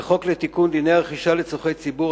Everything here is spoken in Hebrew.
וחוק לתיקון דיני הרכישה לצורכי ציבור,